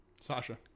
Sasha